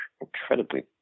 incredibly